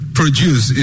produce